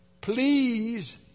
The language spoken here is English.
Please